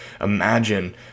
Imagine